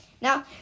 Now